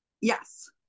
Yes